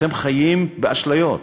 אתם חיים באשליות.